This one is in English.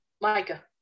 Micah